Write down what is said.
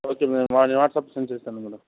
okay madam నేను WhatsApp send చేస్తాను madam